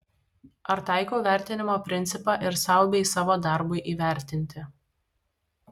ar taikau vertinimo principą ir sau bei savo darbui įvertinti